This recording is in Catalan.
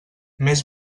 més